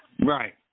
Right